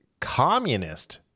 communist